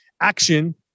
action